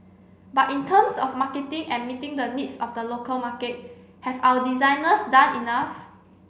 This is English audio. but in terms of marketing and meeting the needs of the local market have our designers done enough